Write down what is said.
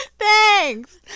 Thanks